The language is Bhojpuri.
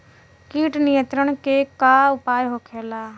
कीट नियंत्रण के का उपाय होखेला?